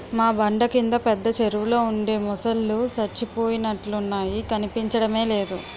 మా బండ కింద పెద్ద చెరువులో ఉండే మొసల్లు సచ్చిపోయినట్లున్నాయి కనిపించడమే లేదు